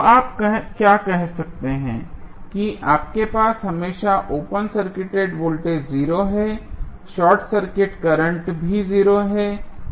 तो आप क्या कह सकते हैं कि आपके पास हमेशा ओपन सर्किटेड वोल्टेज 0 है शॉर्ट सर्किट करंट भी 0 है